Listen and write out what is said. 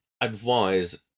advise